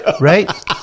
Right